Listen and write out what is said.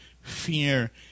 fear